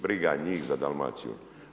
Briga njih za Dalmaciju.